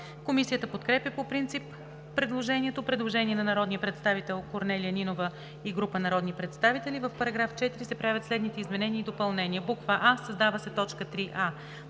Комисията подкрепя по принцип предложението. Предложение на народния представител Корнелия Нинова и група народни представители: „В § 4 се правят следните изменения и допълнения: а) създава се т. 3а: